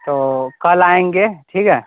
تو کل آئیں گے ٹھیک ہے